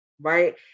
right